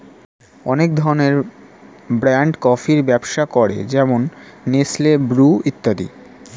অনেক ধরনের ব্র্যান্ড কফির ব্যবসা করে যেমন নেসলে, ব্রু ইত্যাদি